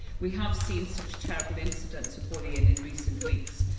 we have seen such terrible incidents of bullying in recent weeks,